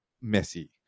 messy